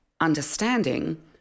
understanding